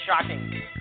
Shocking